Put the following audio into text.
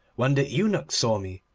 when the eunuchs saw me,